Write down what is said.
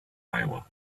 iowa